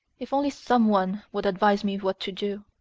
if only some one would advise me what to do!